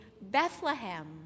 Bethlehem